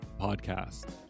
podcast